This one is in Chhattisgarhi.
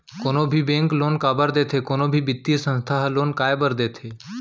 कोनो भी बेंक लोन काबर देथे कोनो भी बित्तीय संस्था ह लोन काय बर देथे?